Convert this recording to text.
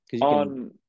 on